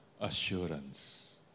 assurance